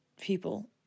people